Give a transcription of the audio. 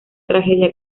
tragedia